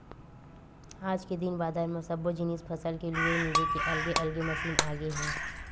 आज के दिन बादर म सब्बो जिनिस फसल के लूए मिजे के अलगे अलगे मसीन आगे हे